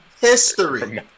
history